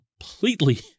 completely